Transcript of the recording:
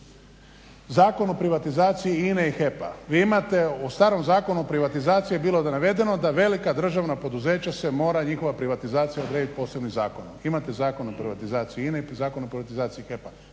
Zakon o privatizaciji INA-e i HEP-a. Vi imate u starom Zakonu o privatizaciji je bilo navedeno da velika državna poduzeća se mora njihova privatizacija odrediti posebnim zakonom. Imate Zakon o privatizaciji INA-e i Zakon o privatizaciji HEP-a.